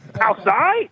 Outside